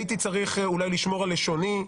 הייתי צריך אולי לשמור על לשוני,